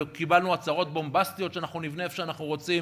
וקיבלנו הצהרות בומבסטיות שאנחנו נבנה איפה שאנחנו רוצים,